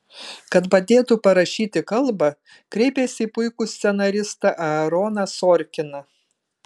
kad padėtų parašyti kalbą kreipėsi į puikų scenaristą aaroną sorkiną